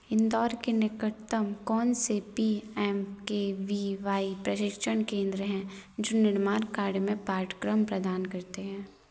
इंदौर के निकटतम कौन से P M K V Y प्रशिक्षण केंद्र हैं जो निर्माण कार्य में पाठ्यक्रम प्रदान करते हैं